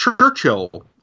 Churchill